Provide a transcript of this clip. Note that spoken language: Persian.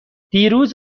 دیروز